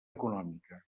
econòmica